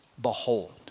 behold